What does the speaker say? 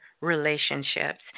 relationships